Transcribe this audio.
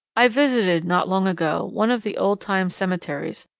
i visited, not long ago, one of the old-time cemeteries,